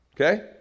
Okay